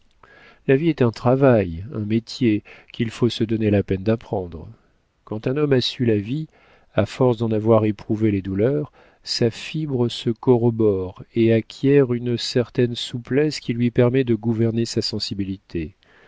la vie est un travail un métier qu'il faut se donner la peine d'apprendre quand un homme a su la vie à force d'en avoir éprouvé les douleurs sa fibre se corrobore et acquiert une certaine souplesse qui lui permet de gouverner sa sensibilité